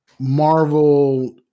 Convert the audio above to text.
Marvel